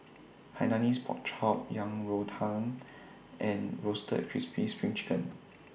Hainanese Pork Chop Yang Rou Tang and Roasted Crispy SPRING Chicken